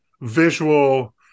visual